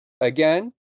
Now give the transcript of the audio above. Again